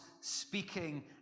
speaking